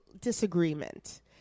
disagreement